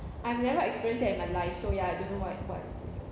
I've never experienced that in my life so ya I don't know what what